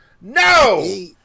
No